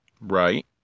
Right